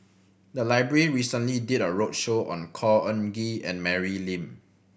the library recently did a roadshow on Khor Ean Ghee and Mary Lim